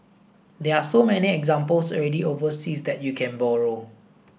there are so many examples already overseas that you can borrow